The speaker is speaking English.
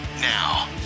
now